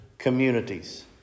communities